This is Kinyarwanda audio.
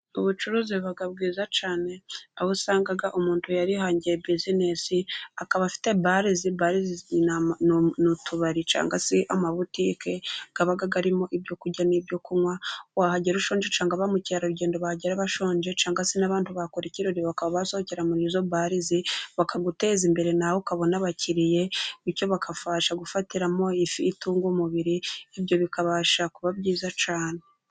Ubucuruzi buba bwiza cyane aho usanga umuntu yarihangiye buzinesi akaba afite barizi .Barizi ni utubari cyangwa amabutike aba arimo ibyo kurya n'ibyo kunywa wahagera ushonje, cyangwa ba mukerarugendo bahagera bashonje cyangwa se n'abandi bakora ikirori bakaba basohokera muri izo barizi, bakaguteza imbere nawe ukabona abakiriye bityo bakabasha gufatiramo ifi itunga umubiri, ibyo bikabasha kuba byiza cyane .